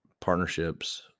partnerships